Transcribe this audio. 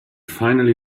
finally